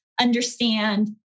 understand